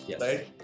right